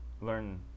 learn